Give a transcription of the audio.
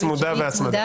"ריבית צמודה והצמדה".